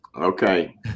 Okay